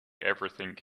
everything